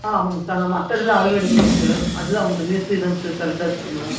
ஆ ஆமாங்க சார் அந்த மட்டத்துக்குதான் அளவு எடுக்கணுங்க சார் அதுதான் அவங்களுக்கு மேஸ்திரிங்களுக்கு தான் சார் கரெக்டாக தெரியும்